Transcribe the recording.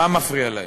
מה מפריע להם?